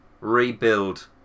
rebuild